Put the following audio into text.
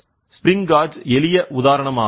spring gauge எளிய உதாரணம் ஆகும்